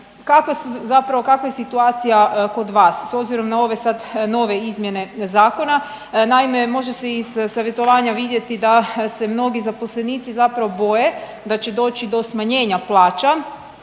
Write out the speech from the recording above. kakva je situacija kod vas s obzirom na ove sad nove izmjene zakona? Naime, može se iz savjetovanja vidjeti da se mnogi zaposlenici zapravo boje da će doći do smanjenja plaća